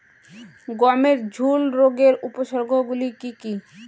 গমের ঝুল রোগের উপসর্গগুলি কী কী?